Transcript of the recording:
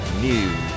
News